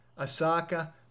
Osaka